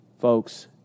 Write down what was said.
folks